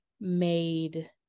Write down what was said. made